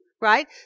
right